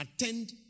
attend